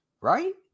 right